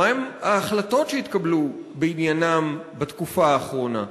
מהן ההחלטות שהתקבלו בעניינם בתקופה האחרונה.